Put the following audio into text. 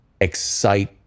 excite